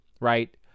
right